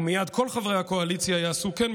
ומייד כל חברי הקואליציה יעשו כן,